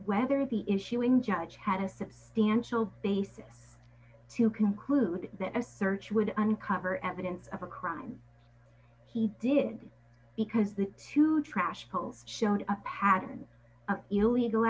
whether the issuing judge had a substantial basis to conclude that a search would uncover evidence of a crime he did because the two trash holes shown a pattern of illegal